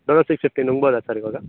Dolo six fifty ನುಂಗ್ಬೋದ sir ಇವಾಗ